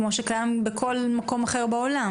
כמו שקיים בכל מקום אחר בעולם.